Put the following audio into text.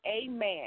amen